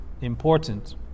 important